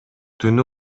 түнү